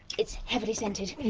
it's heavily scented.